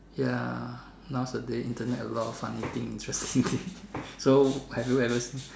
ya nowadays Internet a lot of funny things interestingly so have you ever seen